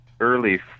early